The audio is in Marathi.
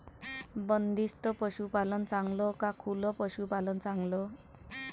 बंदिस्त पशूपालन चांगलं का खुलं पशूपालन चांगलं?